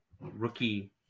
rookie